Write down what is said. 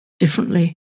differently